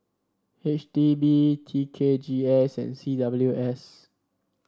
H D B T K G S and C W S